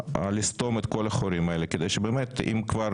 לסתום את כל החורים האלה כדי שבאמת אם כבר